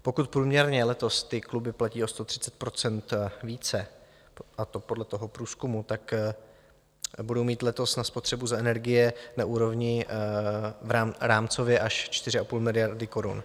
Pokud průměrně letos kluby platí o 130 % více, a to podle toho průzkumu, tak budou mít letos na spotřebu za energie na úrovni rámcově až 4,5 miliardy korun.